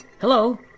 Hello